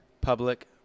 Public